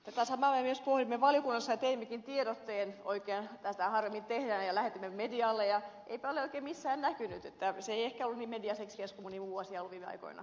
tätä samaa me myös puhuimme valiokunnassa ja teimmekin oikein tiedotteen sitä harvemmin tehdään ja lähetimme medialle mutta eipä ole oikein missään näkynyt se ei ehkä ollut niin mediaseksikäs kuin moni muu asia on ollut viime aikoina